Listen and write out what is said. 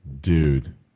Dude